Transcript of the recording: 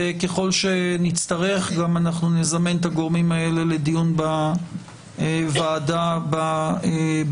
וככל שנצטרך גם נזמן את הגורמים האלה לדיון בוועדה בממצאים.